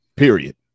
Period